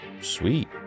sweet